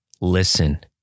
Listen